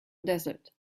desert